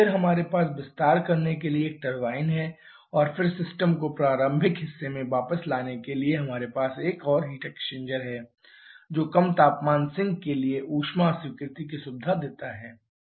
फिर हमारे पास विस्तार करने के लिए एक टरबाइन है और फिर सिस्टम को प्रारंभिक हिस्से में वापस लाने के लिए हमारे पास एक और हीट एक्सचेंजर है जो कम तापमान सिंक के लिए ऊष्मा अस्वीकृति की सुविधा देता है